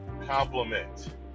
compliment